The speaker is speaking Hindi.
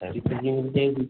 सारी सब्ज़ियाँ मिल जाएगी